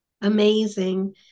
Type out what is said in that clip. Amazing